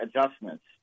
adjustments